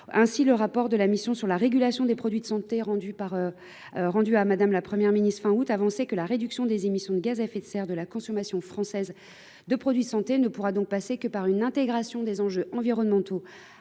Le rapport de la mission sur la régulation des produits de santé remis à la Première ministre fin août l’annonçait : la réduction des émissions de gaz à effet de serre de la consommation française de produits de santé ne pourra passer que par une intégration des enjeux environnementaux